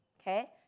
Okay